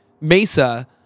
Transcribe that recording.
Mesa